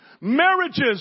Marriages